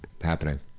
happening